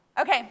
Okay